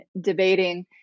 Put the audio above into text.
debating